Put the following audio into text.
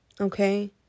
okay